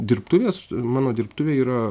dirbtuvės mano dirbtuvė yra